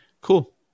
cool